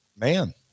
man